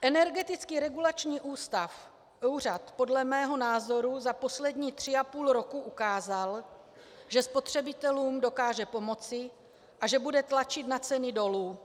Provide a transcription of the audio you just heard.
Energetický regulační úřad podle mého názoru za poslední 3,5 roku ukázal, že spotřebitelům dokáže pomoci a že bude tlačit na ceny dolů.